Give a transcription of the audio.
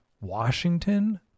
Washington